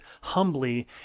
humbly